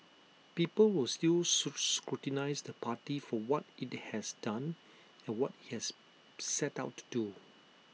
people will still scrutinise the party for what IT has done and what IT has set out to do